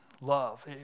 love